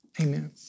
amen